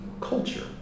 culture